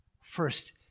first